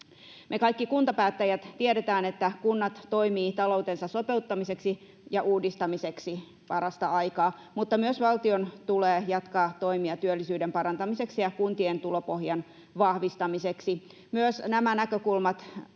Me kaikki kuntapäättäjät tiedämme, että kunnat toimivat taloutensa sopeuttamiseksi ja uudistamiseksi parasta aikaa, mutta myös valtion tulee jatkaa toimia työllisyyden parantamiseksi ja kuntien tulopohjan vahvistamiseksi.